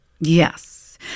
yes